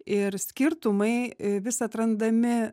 ir skirtumai vis atrandami